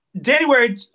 January